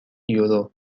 یورو